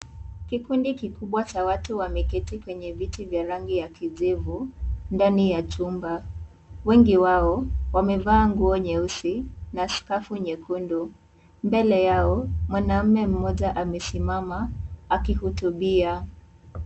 Kikundi kikubwa cha watu wameketi kwenye viti vya rangi ya kijivu ndani ya chumba, wengi wao wamevaa nguo nyeusi na skafu nyekundu, mbele yao mwanamme mmoja amesimama akihutubia.